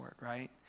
right